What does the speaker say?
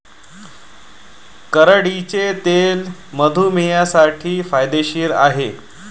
करडईचे तेल मधुमेहींसाठी फायदेशीर आहे